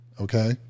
okay